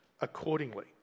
accordingly